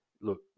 look